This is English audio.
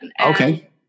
Okay